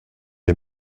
est